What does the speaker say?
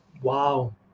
Wow